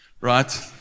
right